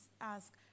ask